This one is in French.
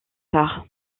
tard